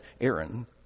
Aaron